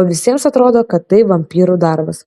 o visiems atrodo kad tai vampyrų darbas